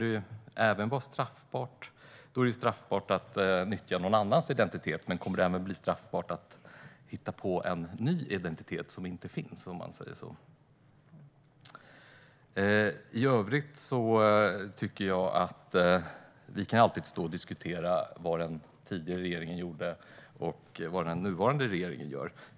Det är straffbart att nyttja någon annans identitet. Men kommer det även att bli straffbart att hitta på en ny identitet som inte finns? Vi kan alltid stå och diskutera vad den tidigare regeringen gjorde och vad den nuvarande regeringen gör.